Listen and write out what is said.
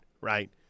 right